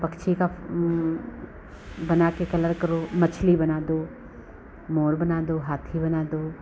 पक्षी का बनाकर कलर करो मछली बना दो मोर बना दो हाथी बना दो